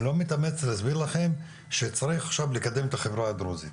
אני לא מתאמץ להסביר לכם שצריך עכשיו לקדם את החברה הדרוזית.